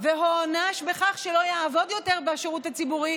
והוענש בכך שלא יעבוד יותר בשירות הציבורי,